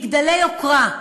היזמים, מגדלי יוקרה,